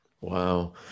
Wow